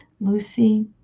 Lucy